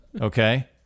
okay